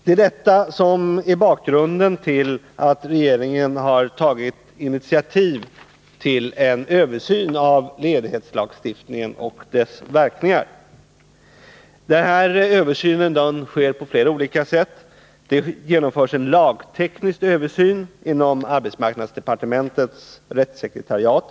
Det är detta som är bakgrunden till att regeringen har tagit initiativ till en översyn av ledighetslagstiftningen och dess verkningar. Denna sker på flera olika sätt. Det genomförs en lagteknisk översyn inom arbetsmarknadsdepartementets rättssekretariat.